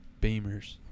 Beamers